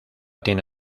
tiene